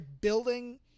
building